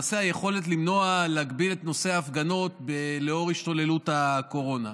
למעשה היכולת למנוע הגבלה של נושא ההפגנות לנוכח השתוללות הקורונה.